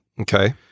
Okay